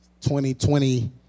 2020